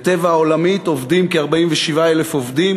ב"טבע" העולמית עובדים כ-47,000 עובדים,